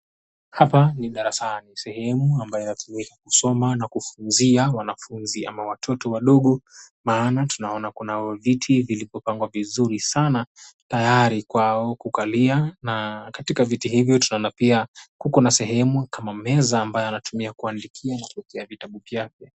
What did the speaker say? Hapa ni darasani sehemu ambayo watumia kusoma wanafunzi ama watoto wadogo maana tunaona kuna viti vilivyopangwa vizuri sana tayari kwao kukalia na katika viti hivi tunaona pia kuko na sehemu kama meza ambayo anatumia kuandikia na kuekea vitabu vyake.